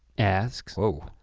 asks whoa.